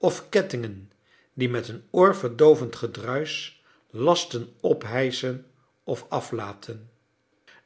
of kettingen die met een oorverdoovend gedruisch lasten ophijschen of aflaten